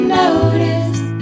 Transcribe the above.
notice